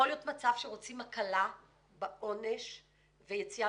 יכול להיות מצב שרוצים הקלה בעונש ויציאה